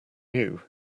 new